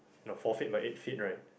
no four feet by eight feet right